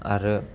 आरो